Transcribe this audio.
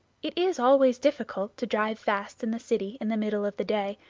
it is always difficult to drive fast in the city in the middle of the day,